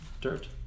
dirt